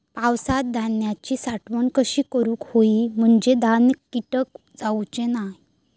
पावसात धान्यांची साठवण कशी करूक होई म्हंजे धान्यात कीटक जाउचे नाय?